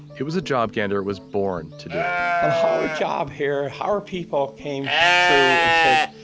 it was a job gander was born to do and our job here, our people came through and said,